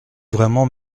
vraiment